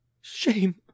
shame